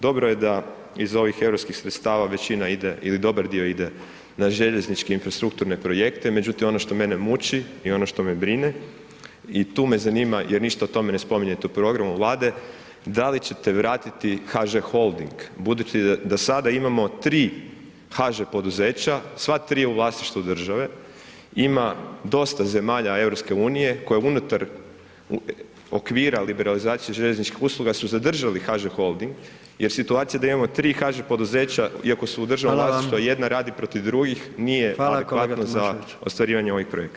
Dobro je da iz ovih europskih sredstava većina ide ili dobar dio ide na željezničke infrastrukturne projekte, međutim ono što mene muči i ono što me brine i tu me zanima jer ništa o tome ne spominjete u programu Vlade, da li ćete vratiti HŽ Holding budući da sada imamo 3 HŽ poduzeća, sva 3 u vlasništvu države, ima dosta zemalja EU koje unutar okvira liberalizacije željezničkih usluga su zadržali HŽ Holding jer situacija da imamo 3 HŽ poduzeća iako su u državnom vlasništvu [[Upadica: Hvala vam.]] a jedna radi protiv drugih, nije adekvatno za ostvarivanje ovih projekata.